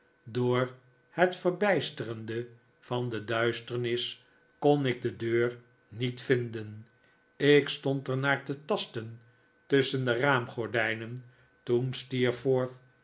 door het verbijsterende van de duisternis kon ik de deur niet vinden ik stond er naar te fasten tusschen de raamgordijnen toen